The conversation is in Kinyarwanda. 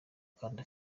kandi